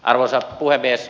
arvoisa puhemies